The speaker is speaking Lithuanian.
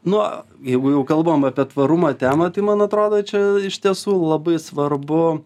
nu jeigu jau kalbam apie tvarumo temą tai man atrodo čia iš tiesų labai svarbu